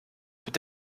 peut